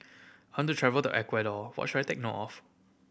travelled Ecuador what should I take note of